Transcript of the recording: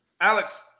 Alex